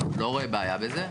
לא רואה בעיה בזה.